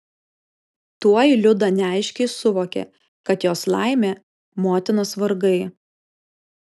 tuoj liuda neaiškiai suvokė kad jos laimė motinos vargai